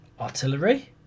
artillery